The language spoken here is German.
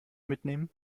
mitnehmen